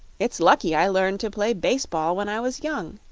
it's lucky i learned to play base-ball when i was young,